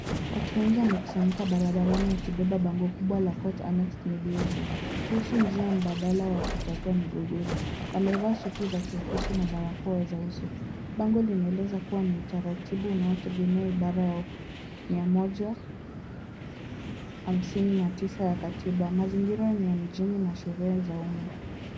Watu wengi wamekusanyika barabarani wakibeba bango kubwa la Court Annexed Mediation kuhusu njia mbadala wa kutatua migogoro. Wamevaa suti za kiofisi na barakoa za uso. Bango linaeleza kuwa ni utaratibu unaotegemea ibara ya mia moja hamsini na tisa ya katiba. Mazingira ni ya mjini na sherehe za umma.